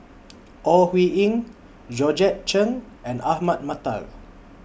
Ore Huiying Georgette Chen and Ahmad Mattar